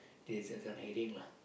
this is an headache lah